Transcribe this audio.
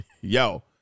yo